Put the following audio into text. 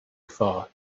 far